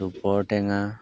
দুপৰটেঙা